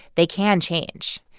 they can change.